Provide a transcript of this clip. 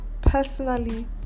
Personally